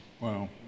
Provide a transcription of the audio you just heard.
Wow